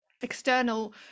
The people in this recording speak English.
external